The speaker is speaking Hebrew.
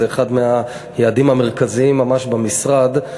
זה אחד מהיעדים המרכזיים ממש במשרד,